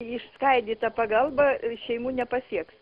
išskaidyta pagalba šeimų nepasieks